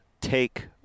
take